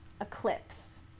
eclipse